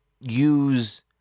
use